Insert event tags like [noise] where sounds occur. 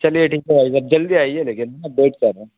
चलिए ठीक है भाई साहब जल्दी आइए लेकिन [unintelligible] वेट कर रहे